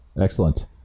excellent